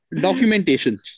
Documentation